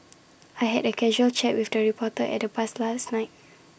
I had A casual chat with the reporter at the bars last night